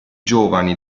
giovani